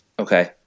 Okay